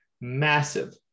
massive